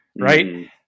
right